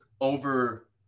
over